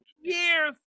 years